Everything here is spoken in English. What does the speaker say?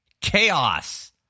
chaos